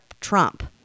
Trump